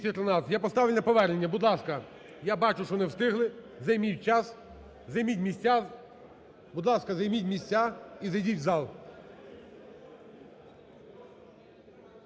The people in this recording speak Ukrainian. Я поставлю на повернення. Будь ласка, я бачу, що не встигли, займіть час… займіть місця. Будь ласка,